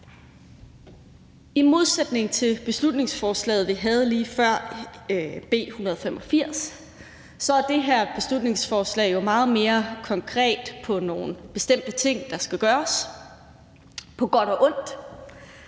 I modsætning til beslutningsforslaget, vi behandlede lige før, nemlig B 185, så er det her beslutningsforslag jo meget mere konkret med hensyn til nogle bestemte ting, der skal gøres, på godt og ondt.